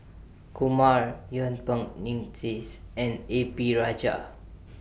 Kumar Yuen Peng Mcneice and A P Rajah